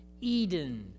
eden